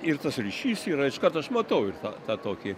ir tas ryšys yra iškart aš matau ir tą tą tokį